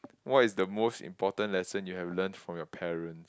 what is the most important lesson you have learn from your parents